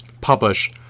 publish